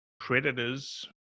predators